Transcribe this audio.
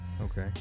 Okay